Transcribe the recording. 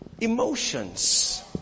emotions